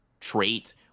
trait